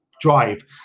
drive